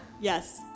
Yes